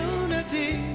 unity